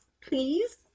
Please